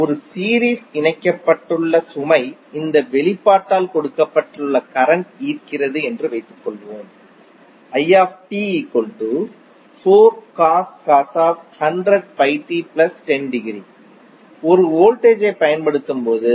ஒரு சீரீஸ் இணைக்கப்பட்ட சுமை இந்த வெளிப்பாட்டால் கொடுக்கப்பட்ட கரண்ட்டை ஈர்க்கிறது என்று வைத்துக்கொள்வோம் ஒரு வோல்டேஜை பயன்படுத்தும்போது அவை